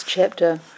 chapter